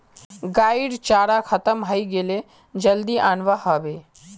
गाइर चारा खत्म हइ गेले जल्दी अनवा ह बे